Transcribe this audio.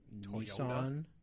Nissan